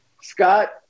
Scott